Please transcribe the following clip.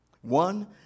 One